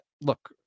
look